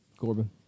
Corbin